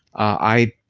i,